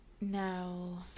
No